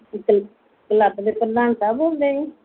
ਤੁਸੀਂ ਕਲੱਬ ਦੇ ਪ੍ਰਧਾਨ ਸਾਹਿਬ ਬੋਲਦੇ ਹੈ ਜੀ